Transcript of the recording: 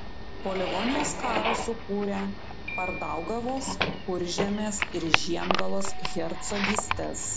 po livonijos karo sukūrė pardaugavos kuržemės ir žiemgalos hercogystes